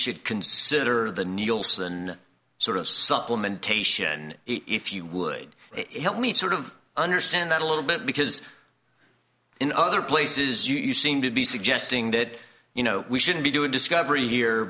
should consider the nielsen sort of supplementation if you would it help me sort of understand that a little bit because in other places you seem to be suggesting that you know we shouldn't be doing discovery here